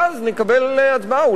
ואז נקבל הצבעה.